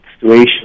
situation